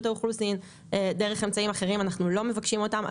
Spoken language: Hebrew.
האוכלוסין או דרך אמצעים אחרים אנחנו לא מבקשים אותם,